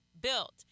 built